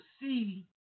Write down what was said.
see